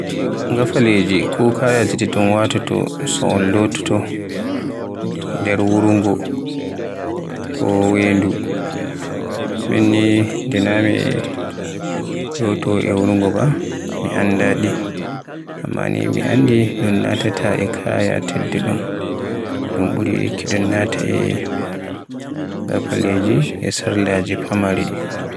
Gafaleji ko kayaaji ɗi un watoto to un lototo nder wurngo ko wendu. Min ni nde na mi lotowo e wongo ba mi annda ɗi, Amma ni mi anndi ɗun natata e kayaki teddun. Dun ɓuri yikki ɗun nata ge gafaleji e sarla famare.